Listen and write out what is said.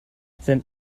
seinen